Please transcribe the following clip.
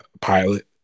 pilot